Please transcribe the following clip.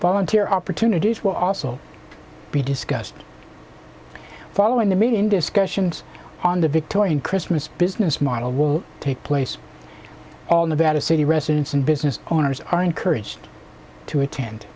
volunteer opportunities will also be discussed following the made in discussions on the victorian christmas business model will take place all nevada city residents and business owners are encouraged to attend